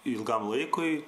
ilgam laikui